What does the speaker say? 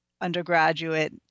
undergraduate